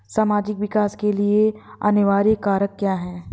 सामाजिक विकास के लिए अनिवार्य कारक क्या है?